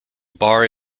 bar